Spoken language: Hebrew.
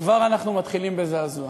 וכבר אנחנו מתחילים בזעזוע,